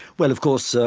well of course, so